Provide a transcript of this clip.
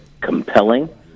compelling